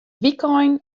wykein